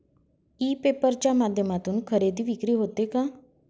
E paper च्या माध्यमातून खरेदी विक्री होते का?